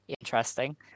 interesting